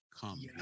come